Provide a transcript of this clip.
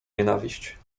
nienawiść